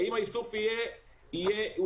האם האיסוף יהיה אוניברסלי,